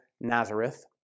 Nazareth